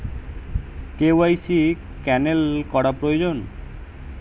KYC cancel করা প্রয়োজন?